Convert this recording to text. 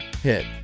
hit